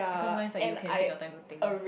because nice what you can take your time to think